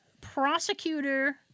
prosecutor